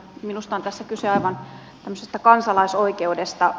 minusta tässä on kyse aivan tämmöisestä kansalaisoikeudesta